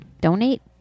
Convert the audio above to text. Donate